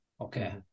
okay